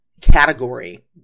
category